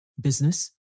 Business